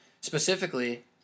specifically